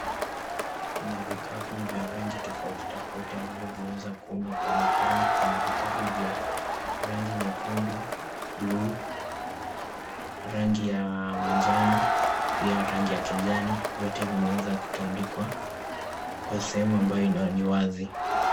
Kuna vikapu vya rangi tofauti tofauti ambavyo vimeweza kuundwa kwa mikono. Kuna vikapu vya rangi nyekundu, bluu, rangi ya manjano pia rangi ya kijani. Vyote vimeweza kutandikwa kwa sehemu ambayo ni wazi.